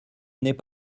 n’est